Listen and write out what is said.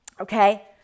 Okay